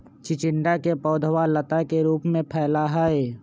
चिचिंडा के पौधवा लता के रूप में फैला हई